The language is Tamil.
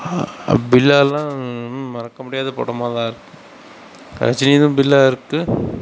பில்லாலாம் மறக்கமுடியாத படமாகதான் இருக்கும் ரஜினிதும் பில்லா இருக்குது